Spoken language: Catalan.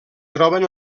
troben